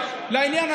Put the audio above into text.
תלייה?